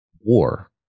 war